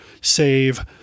save